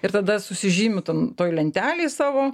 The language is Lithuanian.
ir tada susižymiu ten toj lentelėj savo